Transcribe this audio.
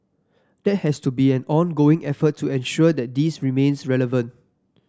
that has to be an ongoing effort to ensure that this remains relevant